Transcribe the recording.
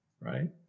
right